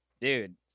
Dude